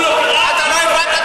לא הבנת את החוק.